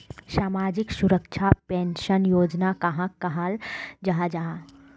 सामाजिक सुरक्षा पेंशन योजना कहाक कहाल जाहा जाहा?